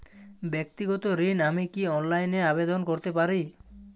ব্যাক্তিগত ঋণ আমি কি অনলাইন এ আবেদন করতে পারি?